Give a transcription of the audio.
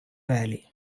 valley